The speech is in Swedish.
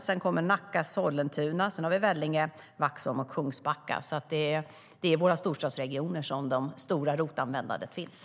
Sedan kommer Nacka, Sollentuna, Vellinge, Vaxholm och Kungsbacka. Det är i våra storstadsregioner som de stora ROT-användarna finns.